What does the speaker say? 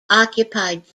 occupied